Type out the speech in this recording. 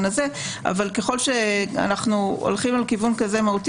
הזה אבל ככל שאנחנו הולכים על כיוון כזה מהותי,